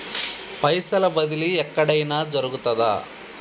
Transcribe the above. పైసల బదిలీ ఎక్కడయిన జరుగుతదా?